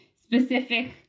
specific